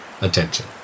attention